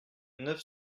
neuf